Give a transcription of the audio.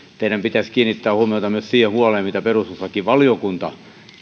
teidän pitäisi kiinnittää huomiota myös siihen huoleen mitä perustuslakivaliokunta